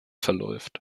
verläuft